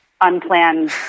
unplanned